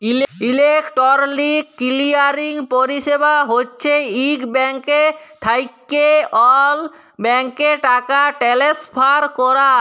electronic clearing পরিছেবা হছে ইক ব্যাংক থ্যাইকে অল্য ব্যাংকে টাকা টেলেসফার ক্যরা